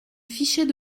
fichais